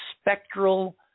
spectral